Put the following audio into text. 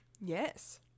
Yes